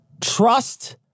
Trust